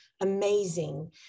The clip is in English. amazing